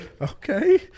Okay